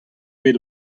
bet